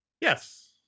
Yes